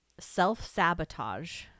self-sabotage